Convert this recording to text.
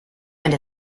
and